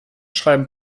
schreiben